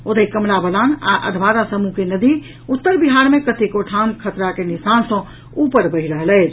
ओतहि कमला बलान आ अधवारा समूह के नदी उत्तर बिहार मे कतेको ठाम खतरा के निशान सँ ऊपर बहि रहल अछि